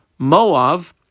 Moav